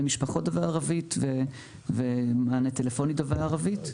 משפחות בערבית ומענה טלפוני דובר ערבית,